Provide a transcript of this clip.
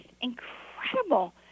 incredible